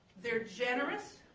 they're generous,